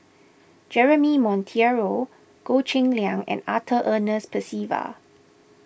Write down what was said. Jeremy Monteiro Goh Cheng Liang and Arthur Ernest Percival